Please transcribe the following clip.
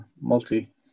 multi